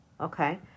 okay